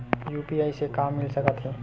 UPI से का मिल सकत हे?